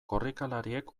korrikalariek